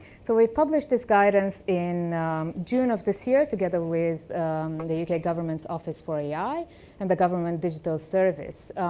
so we published this guidance in june of this year, together with the u k. government's office for ai and the government digital service.